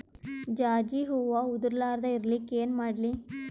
ಜಾಜಿ ಹೂವ ಉದರ್ ಲಾರದ ಇರಲಿಕ್ಕಿ ಏನ ಮಾಡ್ಲಿ?